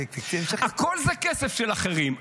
הכול זה כסף של אחרים,